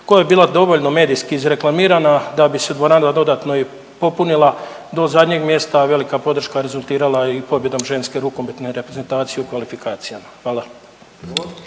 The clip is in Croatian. koja je bila dovoljno medijski izreklamirana da bi se dvorana i dodatno popunila do zadnjeg mjesta, a velika podrška rezultirala je i pobjedom ženske rukometne reprezentacije u kvalifikacijama. Hvala.